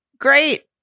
great